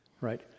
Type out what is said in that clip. right